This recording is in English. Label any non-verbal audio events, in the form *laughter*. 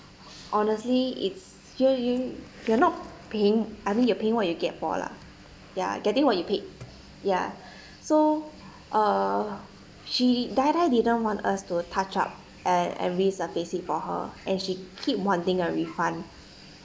honestly it's you you you're not paying I mean you are paying what you get for lah ya getting what you paid ya *breath* so uh she die die didn't want us to touch up and and resurface it for her and she keep wanting a refund *breath*